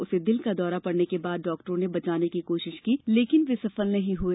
उसे दिल का दौरा पड़ने के बाद डॉक्टरों ने बचाने की कोशिश की लेकिन वे कामयाब नहीं हए